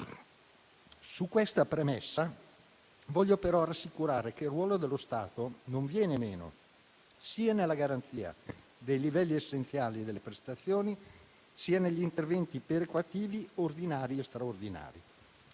Su questa premessa, voglio però rassicurare che il ruolo dello Stato non viene meno, sia nella garanzia dei livelli essenziali delle prestazioni (LEP), sia negli interventi perequativi ordinari e straordinari.